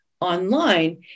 online